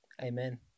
Amen